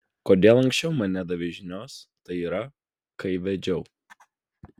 kodėl anksčiau man nedavei žinios tai yra kai vedžiau